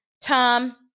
Tom